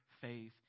faith